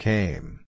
Came